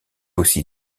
aussi